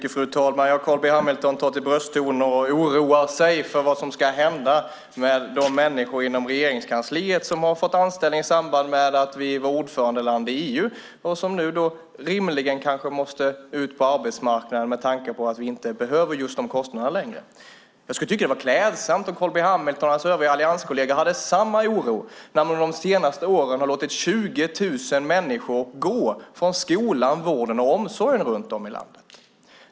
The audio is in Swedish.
Fru talman! Carl B Hamilton tar till brösttoner och oroar sig för vad som ska hända med de människor inom Regeringskansliet som har fått anställning i samband med att vi var ordförandeland i EU och som nu kanske måste ut på arbetsmarknaden med tanke på att vi inte behöver just de kostnaderna längre. Jag skulle tycka att det vore klädsamt om Carl B Hamilton och hans allianskolleger hyste samma oro när man under senaste åren har låtit 20 000 människor gå från skolan, vården och omsorgen runt om i landet.